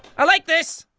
like this!